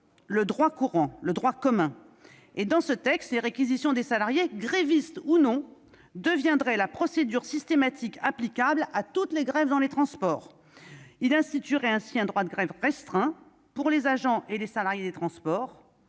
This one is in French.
le droit courant, le droit commun. Ce texte prévoit que la réquisition des salariés, grévistes ou non, deviendrait la procédure systématique applicable à toutes les grèves dans les transports. Il instituerait ainsi un droit de grève restreint pour les agents et les salariés des transports.